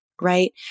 right